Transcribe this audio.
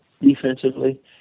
defensively